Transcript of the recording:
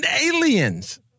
aliens